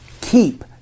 keep